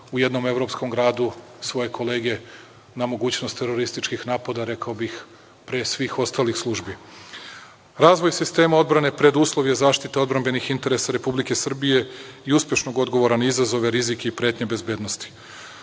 u jednom evropskom gradu svoje kolege na mogućnost terorističkih napada, rekao bih, pre svih ostalih službi. Razvoj sistema odbrane preduslov je zaštite odbrambenih interesa Republike Srbije i uspešnog odgovora na izazove, rizike i pretnje bezbednosti.